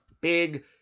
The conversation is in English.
big